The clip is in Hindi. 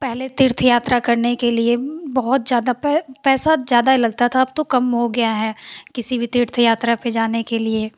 पहले तीर्थ यात्रा करने के लिये बहुत ज़्यादा पैसा ज़्यादा लगता था अब तो कम हो गया है किसी भी तीर्थ यात्रा पर जाने के लिए